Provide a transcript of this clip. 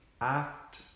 act